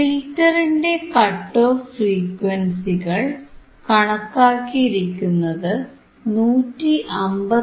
ഫിൽറ്ററിന്റെ cut off ഫ്രീക്വൻസികൾ കണക്കാക്കിയിരിക്കുന്നത് 159